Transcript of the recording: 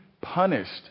punished